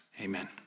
Amen